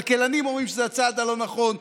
כלכלנים אומרים שזה הצעד הלא-נכון.